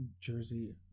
jersey